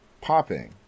popping